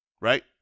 right